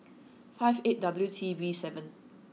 five eight W T B seven